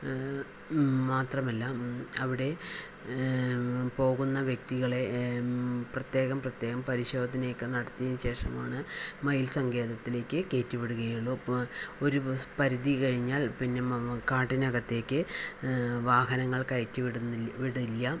മാത്രമല്ല അവിടെ പോകുന്ന വ്യക്തികളെ പ്രത്യേകം പ്രത്യേകം പരിശോധനയൊക്കെ നടത്തിയതിന് ശേഷം മാത്രമാണ് മയിൽ സങ്കേതത്തിലേക്ക് കയറ്റി വിടുകയുള്ളു ഒരു പരിധി കഴിഞ്ഞാൽ പിന്നെ കാട്ടിനകത്തേക്ക് വാഹനങ്ങൾ കയറ്റി വിടുന്നി വിടില്ല